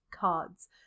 cards